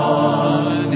on